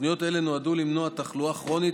תוכניות אלה נועדו למנוע תחלואה כרונית